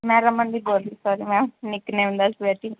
ਮੈਂ ਰਮਨਦੀਪ ਬੋਲ ਰਹੀ ਸੋਰੀ ਮੈਮ ਨਿੱਕ ਨੇਮ ਦੱਸ ਬੈਠੀ